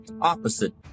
opposite